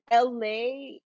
LA